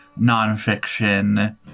nonfiction